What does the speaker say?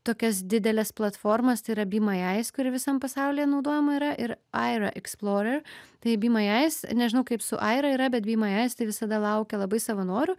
tokias dideles platformas tai yra be my eyes kuri visam pasaulyje naudojama yra ir aira explorer tai be my eyes nežinau kaip su aira yra bet be my eyes tai visada laukia labai savanorių